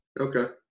Okay